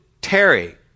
Terry